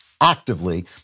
actively